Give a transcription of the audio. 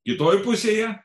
kitoj pusėje